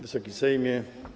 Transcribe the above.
Wysoki Sejmie!